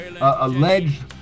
alleged